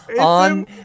on